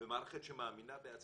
ומערכת שמאמינה בעצמה,